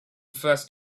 first